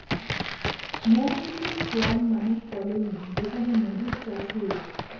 মৌ মুচির সোয়ার্ম মানে কলোনি যেখানে মধুর চাষ হই